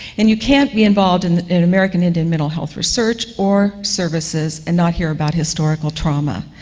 and you can't be involved in in american indian mental health research or services and not hear about historical trauma.